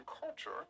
culture